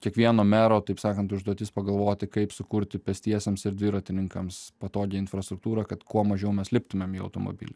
kiekvieno mero taip sakant užduotis pagalvoti kaip sukurti pėstiesiems ir dviratininkams patogią infrastruktūrą kad kuo mažiau mes liptumėm į automobilį